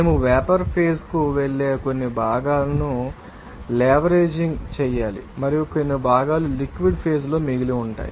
మేము vapour phase కు వెళ్లే కొన్ని భాగాలను లేవేరేజింగ్ చేయాలి మరియు కొన్ని భాగాలు లిక్విడ్ ఫేజ్ లో మిగిలి ఉంటాయి